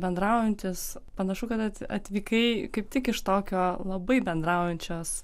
bendraujantys panašu kad at atvykai kaip tik iš tokio labai bendraujančios